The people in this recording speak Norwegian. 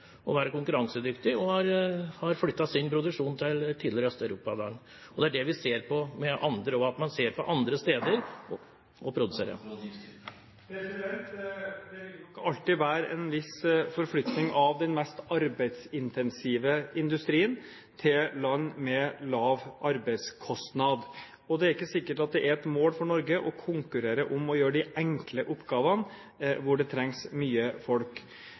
å være konkurransedyktige og har flyttet sin produksjon til et tidligere østblokkland. Det er det vi ser også når det gjelder andre; de ser etter andre steder å produsere. Det vil nok alltid være en viss forflytning av den mest arbeidsintensive industrien til land med lav arbeidskostnad. Det er ikke sikkert at det er et mål for Norge å konkurrere om å gjøre de enkle oppgavene hvor det trengs mye folk.